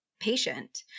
patient